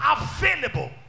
available